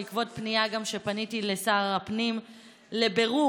בעקבות פנייה שגם פניתי לשר הפנים לבירור